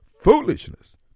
foolishness